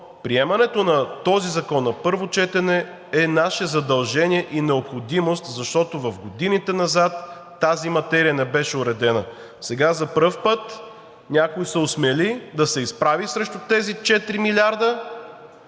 приемането на този закон на първо четене е наше задължение и необходимост, защото в годините назад тази материя не беше уредена. Сега за пръв път някой се осмели да се изправи срещу тези четири милиарда,